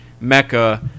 mecca